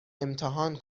امتحان